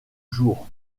jour